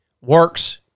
works